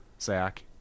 Zach